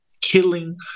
killing